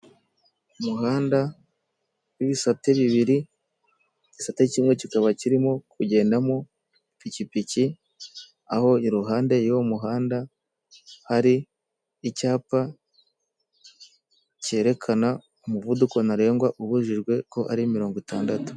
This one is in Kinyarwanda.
Umuhanda w' ibisate bibiri igisate kimwe kikaba kirimo kugendamo ipikipiki, aho iruhande y'uwo muhanda hari icyapa kerekana umuvuduko ntarengwa ubujijwe ko ari mirongo itandatu.